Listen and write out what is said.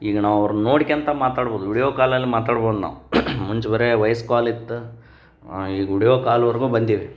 ಈಗ ನಾವು ಅವ್ರನ್ನು ನೋಡ್ಕಂತ ಮಾತಾಡ್ಬೋದು ವಿಡ್ಯೋ ಕಾಲಲ್ಲಿ ಮಾತಾಡ್ಬೋದು ನಾವು ಮುಂಚೆ ಬರೀ ವಯಸ್ ಕಾಲ್ ಇತ್ತು ಈಗ ವಿಡ್ಯೋ ಕಾಲ್ವರೆಗೂ ಬಂದಿವೆ